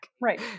right